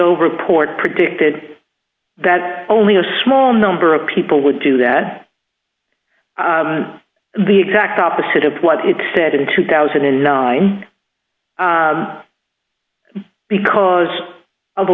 over port predicted that only a small number of people would do that the exact opposite of what it said in two thousand and nine because of a